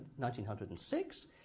1906